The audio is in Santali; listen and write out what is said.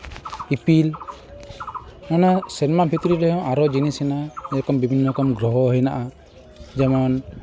ᱤᱯᱤᱞ ᱢᱟᱱᱮ ᱥᱮᱨᱢᱟ ᱵᱷᱤᱛᱨᱤ ᱨᱮ ᱟᱨᱦᱚᱸ ᱡᱤᱱᱤᱥ ᱦᱮᱱᱟᱜᱼᱟ ᱳᱭᱨᱚᱠᱚᱢ ᱵᱤᱵᱷᱤᱱᱱᱚ ᱨᱚᱠᱚᱢ ᱜᱨᱚᱦᱚ ᱦᱮᱱᱟᱜᱼᱟ ᱡᱮᱢᱚᱱ